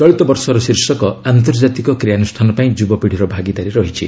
ଚଳିତ ବର୍ଷର ଶୀର୍ଷକ 'ଆନ୍ତର୍ଜାତିକ କ୍ରିୟାନୁଷ୍ଠାନ ପାଇଁ ଯୁବପିଢ଼ିର ଭାଗିଦାରୀ' ରହିଛି